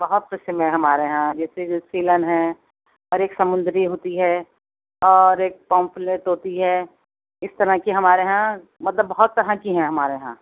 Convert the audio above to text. بہت قسم ہیں ہمارے یہاں جیسے جی سیلن ہیں اور ایک سمندری ہوتی ہے اور ایک پونپلیٹ ہوتی ہے اس طرح کی ہمارے یہاں مطلب بہت طرح کی ہیں ہمارے یہاں